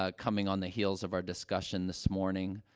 ah coming on the heels of our discussion this morning,